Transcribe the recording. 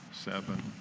seven